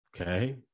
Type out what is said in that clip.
okay